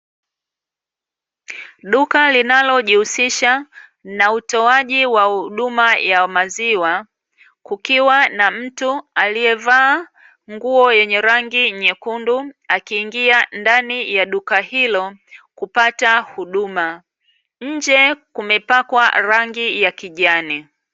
Duka linalojihusisha na utoaji wa huduma ya maziwa, kukiwa na mtu aliyevaa nguo yenye rangi nyekundu akiingia ndani ya duka hilo kupata huduma, nje kumepakwa rangi ya kijani.